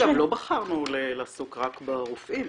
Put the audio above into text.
לא בחרנו לעסוק רק ברופאים,